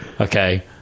Okay